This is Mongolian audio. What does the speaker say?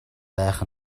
байх